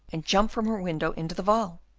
and jump from her window into the waal?